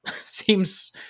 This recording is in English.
seems